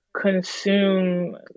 consume